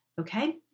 okay